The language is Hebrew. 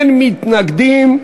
אין מתנגדים,